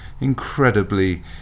incredibly